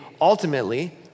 ultimately